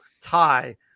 tie